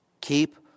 Keep